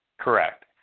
Correct